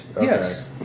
yes